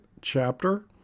chapter